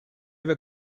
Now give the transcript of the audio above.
were